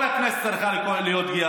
כל הכנסת צריכה להיות גאה.